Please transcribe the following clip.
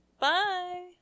Bye